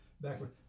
backward